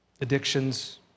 addictions